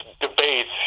debates